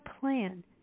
plan